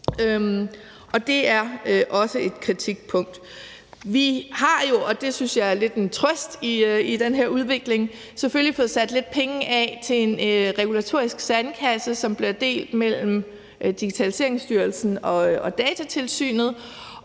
Det er også et kritikpunkt. Vi har jo – og det synes jeg er lidt en trøst i den her udvikling – selvfølgelig fået sat lidt penge af til en regulatorisk sandkasse, som bliver delt mellem Digitaliseringsstyrelsen og Datatilsynet.